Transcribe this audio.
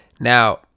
Now